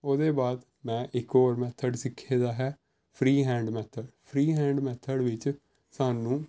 ਉਹਦੇ ਬਾਅਦ ਮੈਂ ਇੱਕ ਹੋਰ ਮੈਥਡ ਸਿੱਖੇ ਦਾ ਹੈ free hand method free hand method ਵਿੱਚ ਸਾਨੂੰ